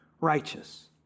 righteous